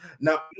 now